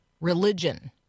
religion